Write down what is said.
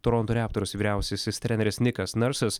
toronto raptors vyriausiasis treneris nikas narsas